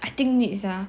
I think next ah